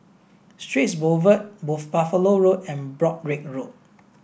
Straits Boulevard Buffalo Road and Broadrick Road